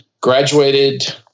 graduated